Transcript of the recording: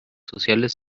sociales